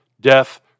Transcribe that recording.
death